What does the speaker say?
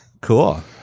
Cool